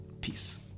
Peace